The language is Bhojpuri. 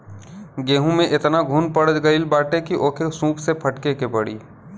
गेंहू में एतना घुन पड़ गईल बाटे की ओके सूप से फटके के पड़ी